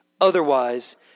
otherwise